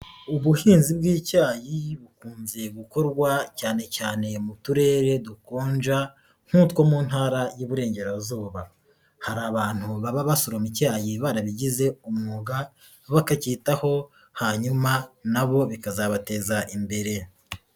Ubuhinzi bw'icyayi bukunze gukorwa cyane cyane mu turere dukonja nk'utwo mu ntara y'Iburengerazuba, hari abantu baba basoroma icyayi barabigize umwuga, bakacyitaho hanyuma nabo bikazabateza imbere.